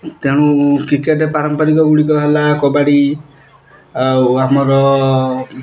ତେଣୁ କ୍ରିକେଟ୍ ପାରମ୍ପରିକ ଗୁଡ଼ିକ ହେଲା କବାଡ଼ି ଆଉ ଆମର